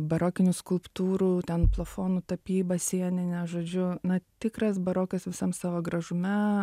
barokinių skulptūrų ten plafonų tapyba sienine žodžiu na tikras barokas visam savo gražume